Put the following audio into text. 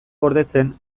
gordetzen